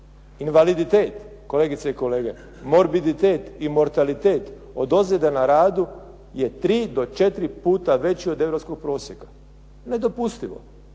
Invaliditet, kolegice i kolege, morbiditet i mortalitet od ozljede na radu je tri do četiri puta veći od europskog prosjeka. Nedopustivo.